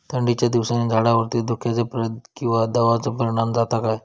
थंडीच्या दिवसानी झाडावरती धुक्याचे किंवा दवाचो परिणाम जाता काय?